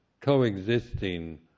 coexisting